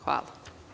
Hvala.